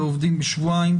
נכון.